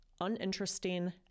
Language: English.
uninteresting